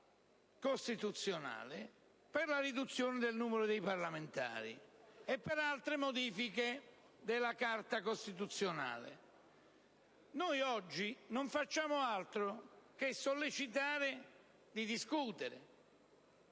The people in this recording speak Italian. costituzionale per la riduzione del numero dei parlamentari e per altre modifiche della Carta costituzionale. Oggi non facciamo altro che sollecitare a discutere,